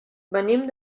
venim